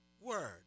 word